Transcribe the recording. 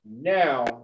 now